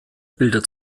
bilder